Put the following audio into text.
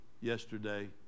yesterday